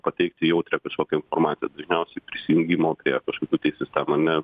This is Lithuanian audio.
pateikti jautrią kažkokią informaciją dažniausiai prisijungimo prie kažkokių tai sistemų ar ne